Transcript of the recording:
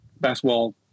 basketball